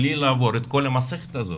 בלי לעבור את כל המסכת הזאת,